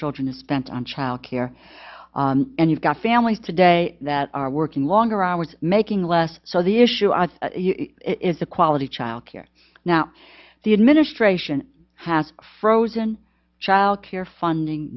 children is spent on childcare and you've got families today that are working longer hours making less so the issue is the quality child care now the administration has frozen child care funding